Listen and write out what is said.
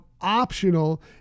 optional